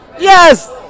Yes